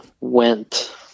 went